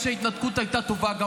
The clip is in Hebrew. גם בתקופה הזאת שההתנתקות הייתה טובה.